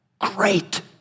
great